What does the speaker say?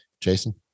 Jason